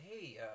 hey